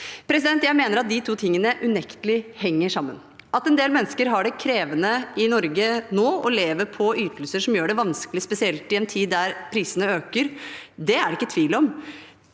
Jeg mener at de to tingene unektelig henger sammen. At en del mennesker har det krevende i Norge nå og lever på ytelser som gjør det vanskelig, spesielt i en tid der prisene øker, er det ikke tvil om.